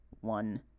one